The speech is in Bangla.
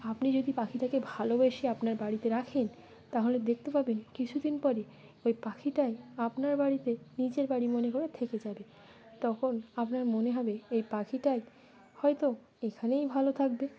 আপনি যদি পাখিটাকে ভালোবেসে আপনার বাড়িতে রাখেন তাহলে দেখতে পাবেন কিছুদিন পরে ওই পাখিটাই আপনার বাড়িতে নিজের বাড়ি মনে করে থেকে যাবে তখন আপনার মনে হবে এই পাখিটাই হয়তো এখানেই ভালো থাকবে